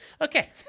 Okay